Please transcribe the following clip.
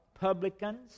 publicans